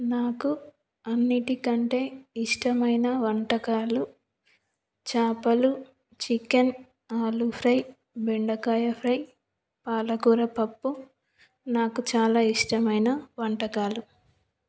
నాకు అన్నింటి కంటే ఇష్టమైన వంటకాలు చేపలు చికెన్ ఆలు ఫ్రై బెండకాయ ఫ్రై పాలకూర పప్పు నాకు చాలా ఇష్టమైన వంటకాలు